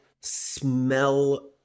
smell